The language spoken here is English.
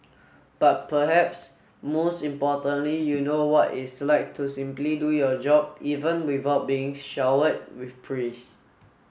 but perhaps most importantly you know what it's like to simply do your job even without being showered with praise